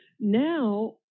now